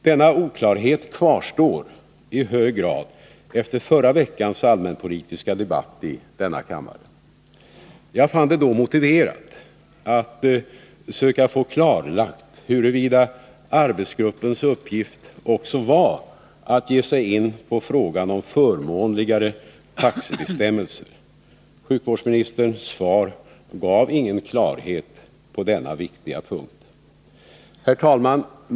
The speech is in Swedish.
Denna oklarhet kvarstår i hög grad efter förra veckans allmänpolitiska debatt i kammaren. Jag fann det då motiverat att söka få klarlagt huruvida arbetsgruppens uppgift också var att ge sig in på frågan om förmånligare taxebestämmelser. Sjukvårdsministerns svar gav ingen klarhet på denna viktiga punkt. Herr talman!